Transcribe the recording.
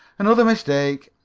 another mistake,